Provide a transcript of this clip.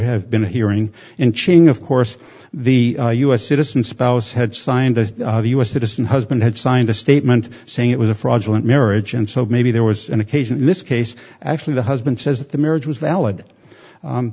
have been a hearing inching of course the u s citizen spouse had signed that the u s citizen husband had signed a statement saying it was a fraudulent marriage and so maybe there was an occasion in this case actually the husband says that the marriage was valid